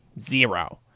zero